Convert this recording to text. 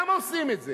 למה עושים את זה?